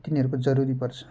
तिनीहरूको जरुरी पर्छ